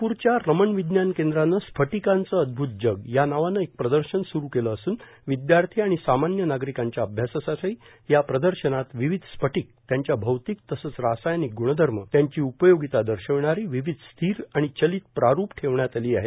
नागपुरच्या रमण विज्ञान केंद्रानं स्फटीकांचं उद्गत जग या नावानं एक प्रदर्शन सुरू केलं असून विद्यार्थी आणि सामान्य नागरिकांच्या अभ्यासासाठी या प्रदर्शनात विविध स्फटीक त्यांच्या भौतिक तसंच रासायनिक गूणधर्म त्यांची उपयोगीता दर्शवणारी विविध स्थीर आणि चलीत प्रारूप ठेवण्यात आली आहेत